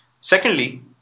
Secondly